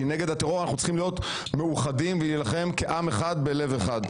כי נגד הטרור אנחנו צריכים להיות מאוחדים ולהילחם כעם אחד בלב אחד.